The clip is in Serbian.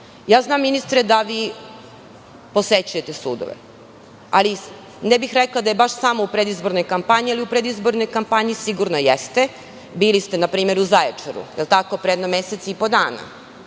rad. Znam ministre, da posećujete sudove. Ne bih rekla da je samo u predizbornoj kampanji, ali u predizbornoj kampanji sigurno jeste. Bili ste npr. u Zaječaru, pre jedno mesec i po dana,